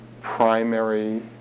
primary